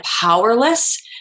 powerless